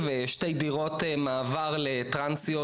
שתי דירות מעבר לטרנסיות,